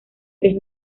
tres